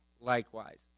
likewise